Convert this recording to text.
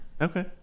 Okay